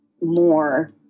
more